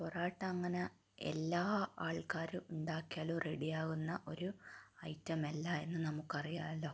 പൊറോട്ട അങ്ങനെ എല്ലാ ആൾക്കാരും ഉണ്ടാക്കിയാൽ റെഡി ആവുന്ന ഒരു ഐറ്റം അല്ല എന്ന് നമുക്കറിയാമല്ലോ